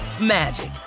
magic